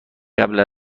قبل